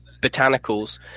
botanicals